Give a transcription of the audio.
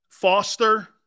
Foster